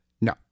no